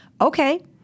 Okay